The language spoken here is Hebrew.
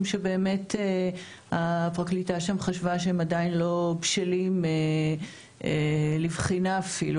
שבאמת הפרקליטה שם חשבה שהם עדיין לא בשלים לבחינה אפילו,